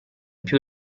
più